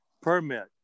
permit